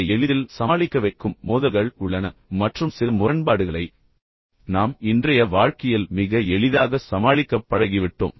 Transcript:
அதை எளிதில் சமாளிக்க வைக்கும் மோதல்கள் உள்ளன மற்றும் சில முரண்பாடுகளை நாம் இன்றைய வாழ்க்கையில் மிக எளிதாகச் சமாளிக்கப் பழகிவிட்டோம்